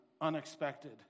unexpected